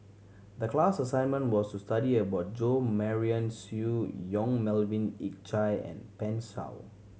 the class assignment was to study about Jo Marion Seow Yong Melvin Yik Chye and Pan Shou